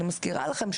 אני מזכירה לכם,